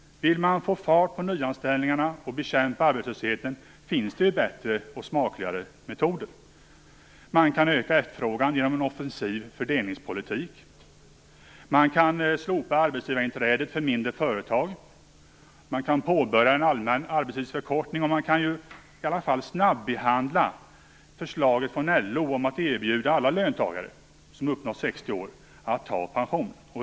Vill man få fart på nyanställningarna och bekämpa arbetslösheten finns det bättre och smakligare metoder. Man kan öka efterfrågan genom en offensiv fördelningspolitik. Man kan slopa arbetsgivarinträdet för mindre företag. Man kan påbörja en allmän arbetstidsförkortning, och man kan i alla fall snabbehandla förslaget från LO om att erbjuda alla löntagare som uppnått 60 år att gå i pension.